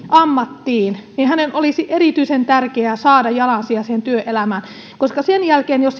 ammattiin hänen olisi erityisen tärkeää saada jalansijaa työelämään koska sen jälkeen jos